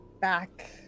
back